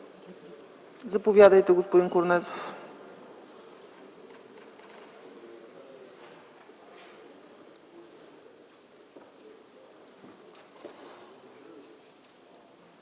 Заповядайте, господин Корнезов.